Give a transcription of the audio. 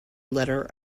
letter